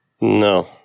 No